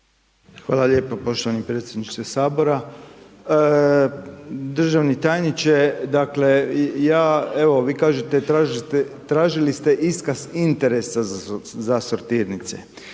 Hvala lijepa poštovani predsjedniče Sabora. Državni tajniče, dakle ja, evo vi kažete tražili ste iskaz interesa za sortirnice.